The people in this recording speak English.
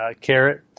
carrot